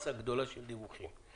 מסה גדולה של דיווחים.